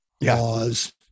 laws